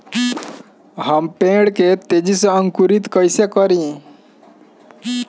हम पेड़ के तेजी से अंकुरित कईसे करि?